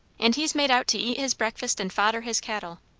and he's made out to eat his breakfast and fodder his cattle.